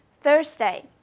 Thursday